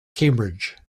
cambridge